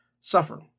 suffer